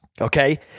Okay